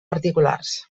particulars